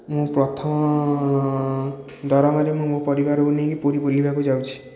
ମୁଁ ପ୍ରଥମ ଦରମାରେ ମୁଁ ମୋ ପରିବାରକୁ ନେଇକି ପୁରୀ ବୁଲିବାକୁ ଯାଉଛି